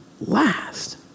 last